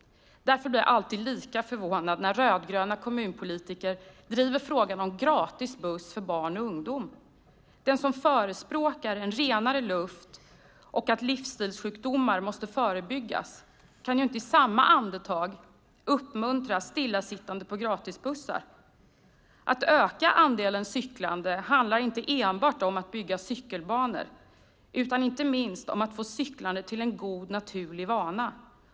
Därför blir jag alltid lika förvånad när rödgröna kommunpolitiker driver frågan om gratis buss för barn och ungdom. Den som förespråkar en renare luft och att livsstilssjukdomar måste förebyggas kan ju inte i samma andetag uppmuntra stillasittande på gratisbussar. Att öka andelen cyklande handlar inte enbart om att bygga cykelbanor utan, inte minst, om att få cyklandet till en god naturlig vana.